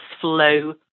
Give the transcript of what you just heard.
flow